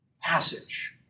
passage